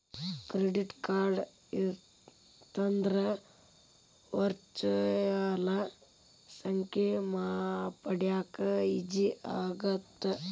Credit card ಇತ್ತಂದ್ರ virtual ಸಂಖ್ಯೆ ಪಡ್ಯಾಕ ಈಜಿ ಆಗತ್ತ?